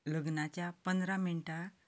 लग्नाक पंदरा मिण्टां